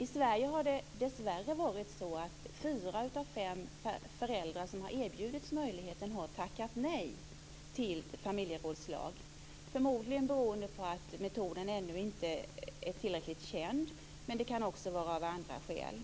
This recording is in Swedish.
I Sverige har det dessvärre varit så att fyra av fem föräldrar som har erbjudits möjligheten har tackat nej till familjerådslag, förmodligen beroende på att metoden ännu inte är tillräckligt känd, men det kan också vara av andra skäl.